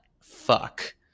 Fuck